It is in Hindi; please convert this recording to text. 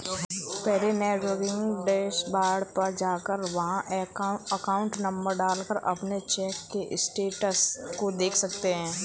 पहले नेटबैंकिंग डैशबोर्ड पर जाकर वहाँ अकाउंट नंबर डाल कर अपने चेक के स्टेटस को देख सकते है